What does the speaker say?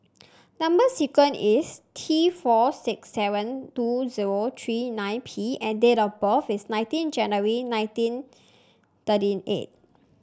number sequence is T four six seven two zero three nine P and date of birth is sixteen January nineteen thirty eight